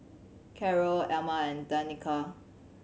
Carroll Elma and Danica